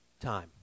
Time